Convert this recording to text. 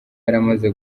yaramaze